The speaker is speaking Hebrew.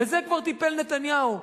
בזה כבר טיפל נתניהו,